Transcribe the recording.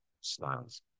styles